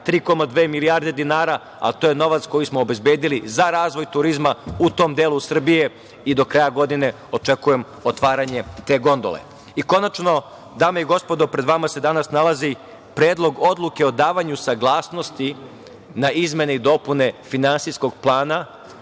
3,2 milijarde dinara, ali to je novac koji smo obezbedili za razvoj turizma u tom delu Srbiji i do kraja godine očekujem otvaranje te gondole. Konačno, dame i gospodo, pred vama se danas nalazi Predlog odluke o davanju saglasnosti na izmene i dopune Finansijskog plana